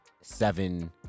seven